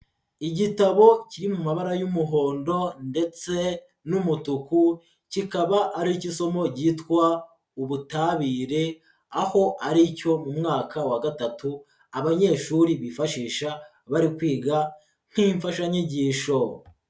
Igitabo kiri mu mabara y'umuhondo ndetse n'umutuku, kikaba ari icy'isomo ryitwa ubutabire, aho ari icyo mu mwaka wa gatatu abanyeshuri bifashisha bari kwiga nk'imfashanyigisho.